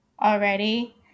already